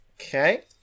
Okay